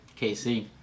KC